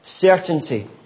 certainty